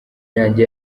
yanjye